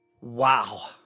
Wow